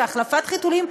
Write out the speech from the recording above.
והחלפת חיתולים,